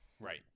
right